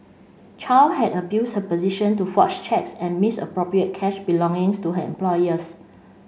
Chow had abused her position to forge cheques and misappropriate cash belongings to her employers